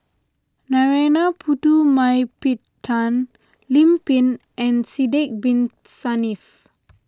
Narana Putumaippittan Lim Pin and Sidek Bin Saniff